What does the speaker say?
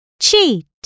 cheat